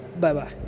bye-bye